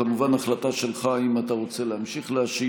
אם אתה לא דובר אמת,